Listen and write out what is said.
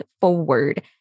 forward